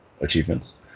achievements